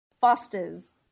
Foster's